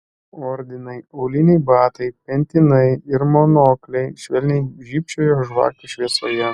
ordinai auliniai batai pentinai ir monokliai švelniai žybčiojo žvakių šviesoje